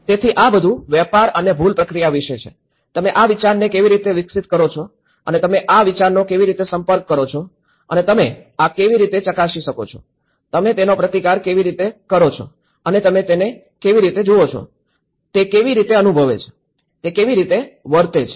તેથી આ બધું વેપાર અને ભૂલ પ્રક્રિયા વિશે છે તમે આ વિચારને કેવી રીતે વિકસિત કરો છો અને તમે આ વિચારનો કેવી રીતે સંપર્ક કરો છો અને તમે આ કેવી રીતે ચકાસી શકો છો તમે તેનો પ્રતિકાર કેવી રીતે કરો છો અને તમે તેને કેવી રીતે જુવો છો તે કેવી રીતે અનુભવે છે તે કેવી રીતે વર્તે છે